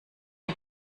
die